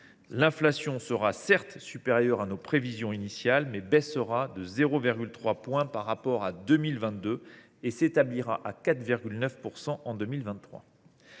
L’inflation sera certes supérieure à nos prévisions initiales, mais baissera de 0,3 point par rapport à 2022 pour s’établir à 4,9 % en 2023.